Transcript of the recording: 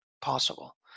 possible